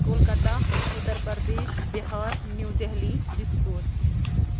Kolkata Uttar Pradesh Bihar New Delhi Dispur